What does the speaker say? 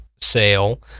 sale